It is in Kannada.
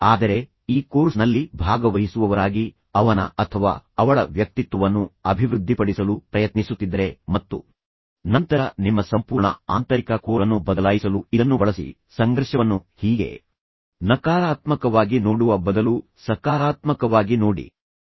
ಆದರೆ ಈ ಕೋರ್ಸ್ ನಲ್ಲಿ ಭಾಗವಹಿಸುವವರಾಗಿ ಅವನ ಅಥವಾ ಅವಳ ವ್ಯಕ್ತಿತ್ವವನ್ನು ಅಭಿವೃದ್ಧಿಪಡಿಸಲು ಪ್ರಯತ್ನಿಸುತ್ತಿದ್ದರೆ ಮತ್ತು ನಂತರ ನಿಮ್ಮ ಸಂಪೂರ್ಣ ಆಂತರಿಕ ಕೋರ್ ಅನ್ನು ಬದಲಾಯಿಸಲು ಇದನ್ನು ಬಳಸಿ ಸಂಘರ್ಷವನ್ನು ಹೀಗೆ ಸಂಘರ್ಷವನ್ನು ನಕಾರಾತ್ಮಕವಾಗಿ ನೋಡುವ ಬದಲು ಸಕಾರಾತ್ಮಕವಾಗಿ ನೋಡಿ ಎಂದು ನಾನು ಹೇಳುತ್ತೇನೆ